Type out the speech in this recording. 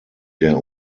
der